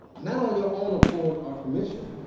not on your own accord or permission.